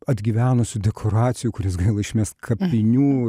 atgyvenusių dekoracijų kurias gaila išmest kapinių